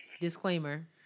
Disclaimer